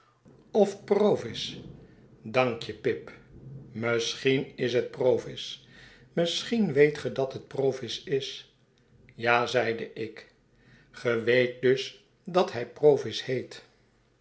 of provis dank je pip misschien is het provis misschien weet ge dat het provis is ja zeide ik ge weet dus dat hij provis heet